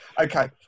Okay